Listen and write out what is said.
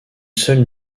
seule